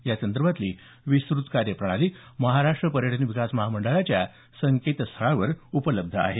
यासंदर्भातली विस्तृत कार्य प्रणाली महाराष्ट पर्यटन विकास महामंडळाच्या संकेतस्थळावर उपलब्ध आहे